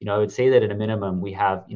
you know would say that at a minimum we have,